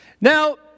Now